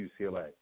UCLA